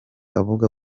avuga